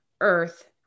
earth